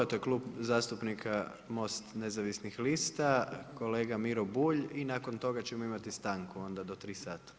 To je Klub zastupnika MOST Nezavisnih lista, kolega Miro Bulj i nakon toga ćemo imati stanku onda do 15h. Izvolite.